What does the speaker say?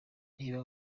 niba